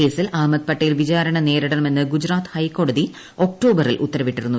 കേസിൽ അഹമ്മദ് പട്ടേൽ വിചാരണ ്നേരിടണമെന്ന് ഗുജറാത്ത് ഹൈക്കോടതി ഒക്ടോബറിൽ ഉത്തരവിട്ടിരുന്നു